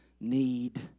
need